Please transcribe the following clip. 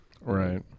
right